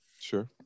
Sure